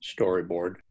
storyboard